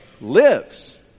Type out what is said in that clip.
lives